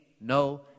no